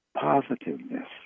positiveness